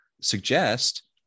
suggest